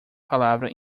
palavra